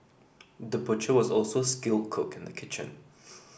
the butcher was also skilled cook in the kitchen